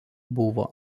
buvo